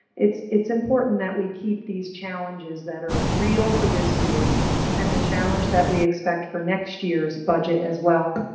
it's it's important that we keep these challenges that are real for this year and the challenge that we expect for next year's budget as well.